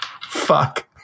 Fuck